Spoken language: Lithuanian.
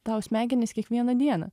tau smegenis kiekvieną dieną